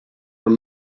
were